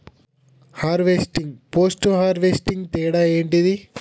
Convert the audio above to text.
Harvesting, post harvesting తేడా ఏంటి?